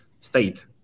state